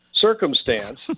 circumstance